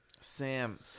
Sam